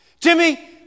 Jimmy